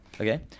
Okay